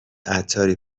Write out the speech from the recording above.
عطاری